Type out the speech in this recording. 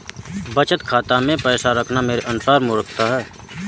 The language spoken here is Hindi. बचत खाता मैं पैसा रखना मेरे अनुसार मूर्खता है